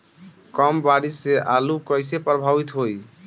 कम बारिस से आलू कइसे प्रभावित होयी?